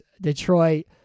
Detroit